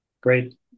great